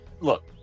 Look